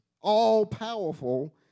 all-powerful